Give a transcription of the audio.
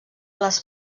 les